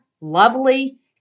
lovely